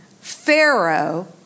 Pharaoh